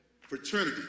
fraternity